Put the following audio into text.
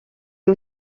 est